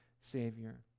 Savior